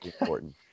important